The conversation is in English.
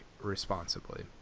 responsibly